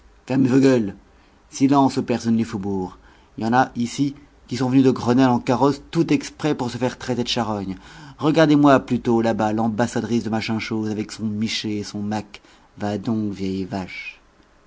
silence aux personnes du faubourg y en a ici qui sont venues de grenelle en carrosse tout exprès pour se faire traiter de charognes regardez-moi plutôt là-bas l'ambassadrice de machin chose avec son michet et son macque va donc vieille vache